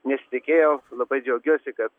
nesitikėjau labai džiaugiuosi kad